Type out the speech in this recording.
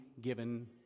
given